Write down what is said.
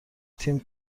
تیم